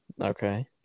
Okay